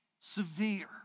Severe